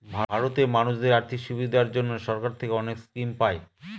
ভারতে মানুষদের আর্থিক সুবিধার জন্য সরকার থেকে অনেক স্কিম পায়